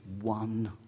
one